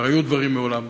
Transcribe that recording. כבר היו דברים מעולם,